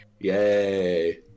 Yay